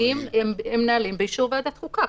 אלה נהלים באישור ועדת החוקה.